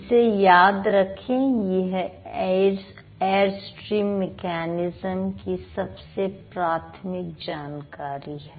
इसे याद रखें यह एयरस्ट्रीम मेकैनिज्म की सबसे प्राथमिक जानकारी है